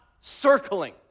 circling